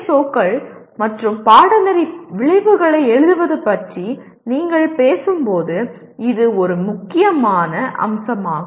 ஓக்கள் மற்றும் பாடநெறி விளைவுகளை எழுதுவது பற்றி நீங்கள் பேசும்போது இது ஒரு மிக முக்கியமான அம்சமாகும்